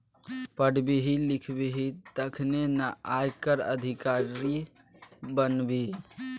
पढ़बिही लिखबिही तखने न आयकर अधिकारी बनबिही